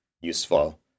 useful